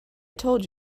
told